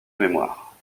mémoire